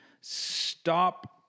stop